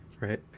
Right